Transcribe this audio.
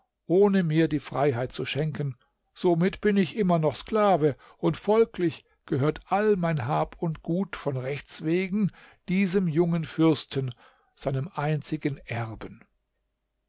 ohne mir die freiheit zu schenken somit bin ich immer noch sklave und folglich gehört all mein hab und gut von rechts wegen diesem jungen fürsten seinem einzigen erben